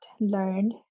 learned